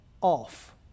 off